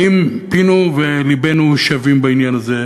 האם פינו ולבנו שווים בעניין הזה?